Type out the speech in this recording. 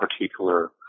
particular